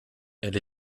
elle